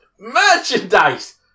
Merchandise